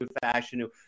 fashion